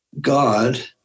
God